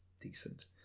decent